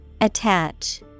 Attach